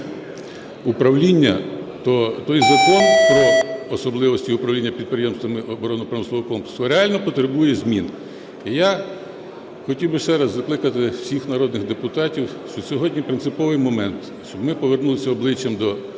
управління, то той Закон про особливості управління підприємствами оборонно-промислового комплексу реально потребує змін. І я хотів би ще раз закликати всіх народних депутатів, що сьогодні принциповий момент, щоб ми повернулися обличчям до